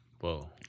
Whoa